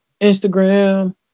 Instagram